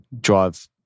drive